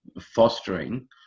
fostering